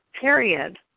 period